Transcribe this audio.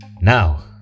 Now